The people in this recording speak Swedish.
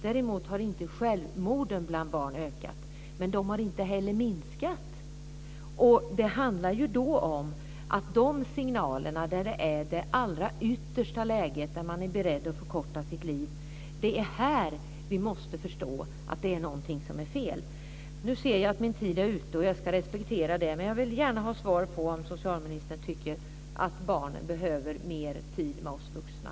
Däremot har inte självmorden bland barn ökat - men de har inte heller minskat. Det handlar då om att det är signaler om det allra yttersta läget, där någon är beredd att förkorta sitt liv, och att vi måste förstå att det är någonting som är fel. Min talartid är ute nu, och jag ska respektera det. Men jag vill gärna ha svar på frågan om socialministern tycker att barnen behöver mer tid med oss vuxna.